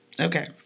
Okay